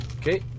Okay